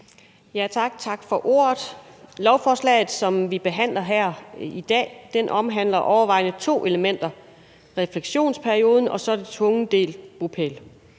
Tak for ordet. Lovforslaget, som vi behandler her i dag, omhandler overvejende to elementer: refleksionsperioden og tvungen delt bopæl.